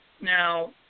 Now